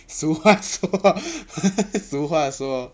俗话说 俗话说